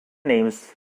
names